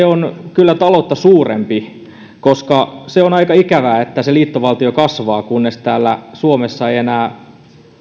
on kyllä taloutta suurempi koska se on aika ikävää että se liittovaltio kasvaa kunnes täällä suomessa ei enää